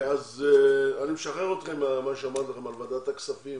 אז אני משחרר אתכם ממה שאמרתי לכם על ועדת הכספים,